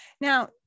Now